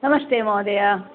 नमस्ते महोदय